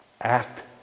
Act